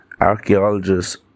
Archaeologists